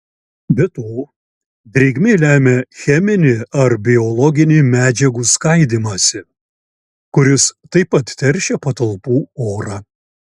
be to drėgmė lemia cheminį ar biologinį medžiagų skaidymąsi kuris taip pat teršia patalpų orą